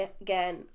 Again